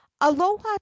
aloha